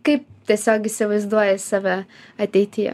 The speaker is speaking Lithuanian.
kaip tiesiog įsivaizduoji save ateityje